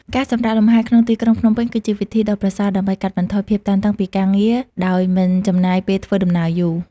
ការសម្រាកលំហែក្នុងទីក្រុងភ្នំពេញ គឺជាវិធីដ៏ប្រសើរដើម្បីកាត់បន្ថយភាពតានតឹងពីការងារដោយមិនចំណាយពេលធ្វើដំណើរយូរ។